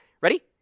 Ready